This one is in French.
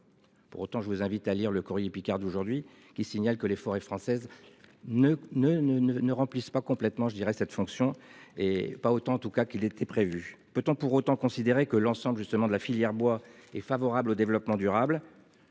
Pour autant, je vous invite à lire Le Courrier Picard d'aujourd'hui qui signale que les forêts françaises ne ne ne ne ne remplissent pas complètement, je dirais, cette fonction est pas autant en tout cas qu'il était prévu. Peut-on pour autant considérer que l'ensemble justement de la filière bois est favorable au développement durable.